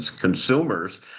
consumers